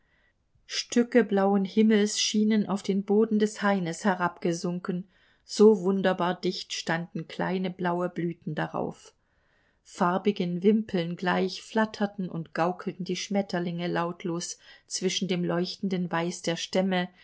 stücke blauen himmels schienen auf den boden des haines herabgesunken so wunderbar dicht standen kleine blaue blüten darauf farbigen wimpeln gleich flatterten und gaukelten die schmetterlinge lautlos zwischen dem leuchtenden weiß der stämme